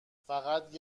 فقط